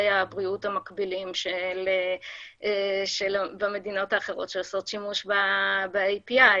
הבריאות המקבילים במדינות אחרות שעושות שימוש ב-API.